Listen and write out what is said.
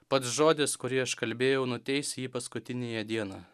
pats žodis kurį aš kalbėjau nuteis jį paskutiniąją dieną